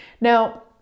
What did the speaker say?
Now